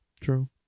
True